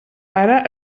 ara